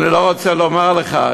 אני לא רוצה לומר לך,